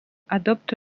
adopte